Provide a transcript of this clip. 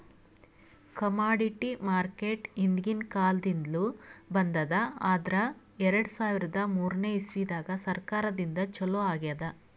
commodity market ಹಿಂದ್ಕಿನ್ ಕಾಲದಿಂದ್ಲು ಬಂದದ್ ಆದ್ರ್ ಎರಡ ಸಾವಿರದ್ ಮೂರನೇ ಇಸ್ವಿದಾಗ್ ಸರ್ಕಾರದಿಂದ ಛಲೋ ಆಗ್ಯಾದ್